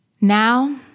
Now